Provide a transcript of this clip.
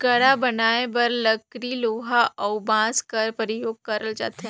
गाड़ा बनाए बर लकरी लोहा अउ बाँस कर परियोग करल जाथे